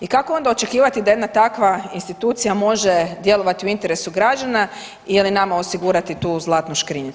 I kako onda očekivati da jedna takva institucija može djelovati u interesu građana ili nama osigurati tu zlatnu škrinjicu?